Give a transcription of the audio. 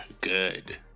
good